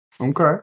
Okay